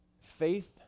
faith